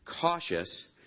cautious